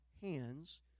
hands